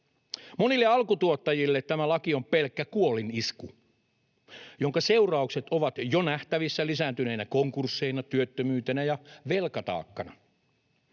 Monille alkutuottajille tämä laki on pelkkä kuolinisku, jonka seuraukset ovat jo nähtävissä lisääntyneinä konkursseina, työttömyytenä ja velkataakkana.